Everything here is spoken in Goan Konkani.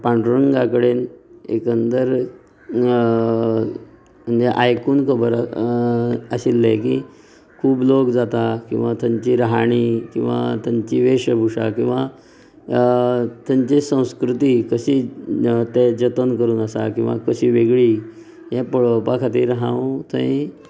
पांडुरंगा कडेन एकंदर म्हणजे आयकून खबर आशिल्लें की खूब लोक जाता किंवां थंयची राहाणी किंवां थंयची वेशभुशा किंवां थंयची संस्कृती कशी ते जतन करून आसा किंंवां कशी वेगळी हे पळोवपा खातीर हांव थंय